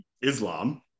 Islam